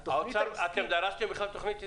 האוצר, אתם דרשתם תוכנית עסקית?